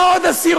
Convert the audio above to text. בא עוד אסיר,